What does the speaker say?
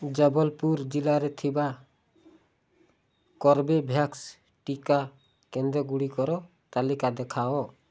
ଜବଲପୁର ଜିଲ୍ଲାରେ ଥିବା କର୍ବେଭ୍ୟାକ୍ସ ଟିକା କେନ୍ଦ୍ରଗୁଡ଼ିକର ତାଲିକା ଦେଖାଅ